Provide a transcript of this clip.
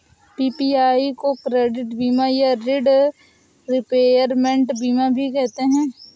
PPI को credit बीमा या ॠण रिपेयरमेंट बीमा भी कहते हैं